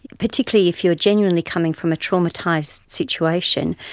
particularly if you are genuinely coming from a traumatised situation,